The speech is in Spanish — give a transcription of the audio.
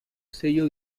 sello